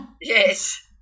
Yes